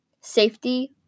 Safety